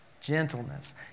gentleness